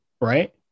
right